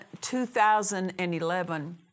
2011